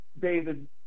David